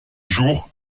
jours